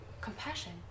Compassion